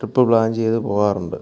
trip plan ചെയ്ത് പോകാറുണ്ട്